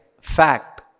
fact